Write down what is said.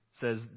says